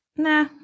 nah